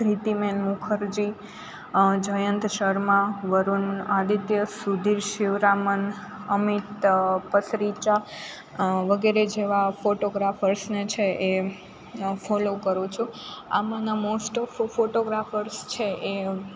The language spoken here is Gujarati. ધૃતિમન મુખર્જી જયંત શર્મા વરુણ આદિત્ય સુધીર સિવરામન અમિત પસરિચા વગેરે જેવા ફોટોગ્રાફર્સને છે એ ફોલો કરું છું આમાંના મોસ્ટ ઓફ ફોટોગ્રાફર્સ છે એ